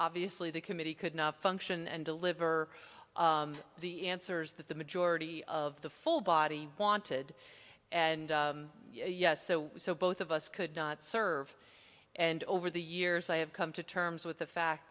obviously the committee could not function and deliver the answers that the majority of the full body wanted and yes so so both of us could not serve and over the years i have come to terms with the fact